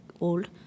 Old